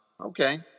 Okay